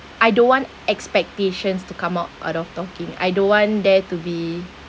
I don't want expectations to come out out of talking I don't want there to be